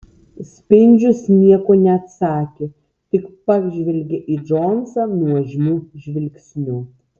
spindžius nieko neatsakė tik pažvelgė į džonsą nuožmiu žvilgsniu